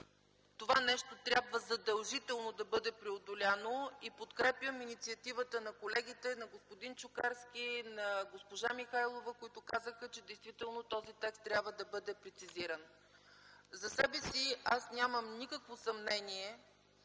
това нещо трябва задължително да бъде преодоляно. Подкрепям инициативата на колегите – на господин Чукарски и на госпожа Михайлова, които казаха, че действително този текст трябва да бъде прецизиран. За себе си аз нямам никакво съмнение,